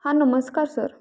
हां नमस्कार सर